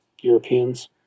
Europeans